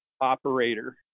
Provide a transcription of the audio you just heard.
operator